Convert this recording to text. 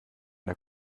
der